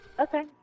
Okay